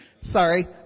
Sorry